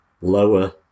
lower